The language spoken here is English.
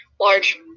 large